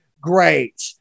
great